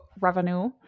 revenue